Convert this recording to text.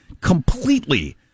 completely